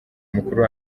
mukuru